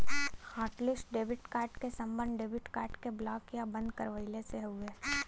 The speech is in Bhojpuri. हॉटलिस्ट डेबिट कार्ड क सम्बन्ध डेबिट कार्ड क ब्लॉक या बंद करवइले से हउवे